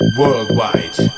worldwide